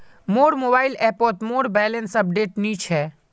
मोर मोबाइल ऐपोत मोर बैलेंस अपडेट नि छे